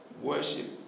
worship